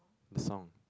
the song